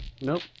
Nope